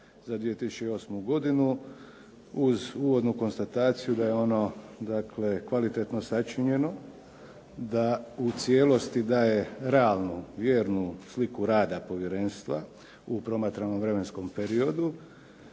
za 2008. godinu uz uvodnu konstataciju da je ono dakle kvalitetno sačinjeno, da u cijelosti daje realnu, vjernu sliku rada povjerenstva u promatranom vremenskom periodu